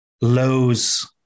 lows